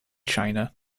china